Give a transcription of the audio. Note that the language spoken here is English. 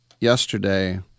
yesterday